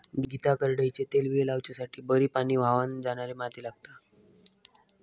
गीता करडईचे तेलबिये लावच्यासाठी बरी पाणी व्हावन जाणारी माती लागता